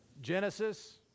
Genesis